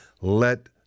let